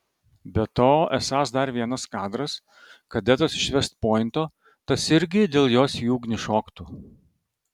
be to esąs dar vienas kadras kadetas iš vest pointo tas irgi dėl jos į ugnį šoktų